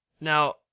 Now